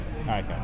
Okay